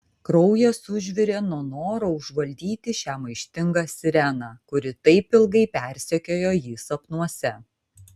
kraujas užvirė nuo noro užvaldyti šią maištingą sireną kuri taip ilgai persekiojo jį sapnuose